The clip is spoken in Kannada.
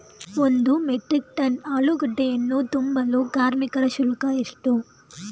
ಒಂದು ಮೆಟ್ರಿಕ್ ಟನ್ ಆಲೂಗೆಡ್ಡೆಯನ್ನು ತುಂಬಲು ಕಾರ್ಮಿಕರ ಶುಲ್ಕ ಎಷ್ಟು?